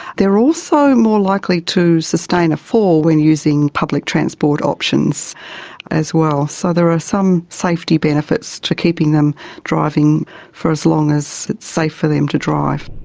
they're also more likely to sustain a fall when using public transport options as well. so there are some safety benefits to keeping them driving for as long as it's safe for them to drive.